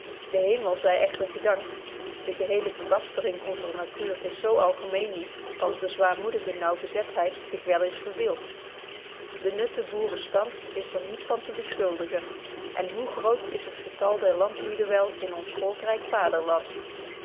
de hemel zy echter gedankt de geheele verbastering onzer natuur is zo algemeen niet als de zwaarmoedige naauwgezetheid zich wel eens verbeeld de nutte boerenstand is er niet van te beschuldigen en hoe groot is het getal der landlieden wel in ons volkryk vaderland